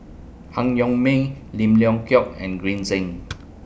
Han Yong May Lim Leong Geok and Green Zeng